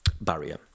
barrier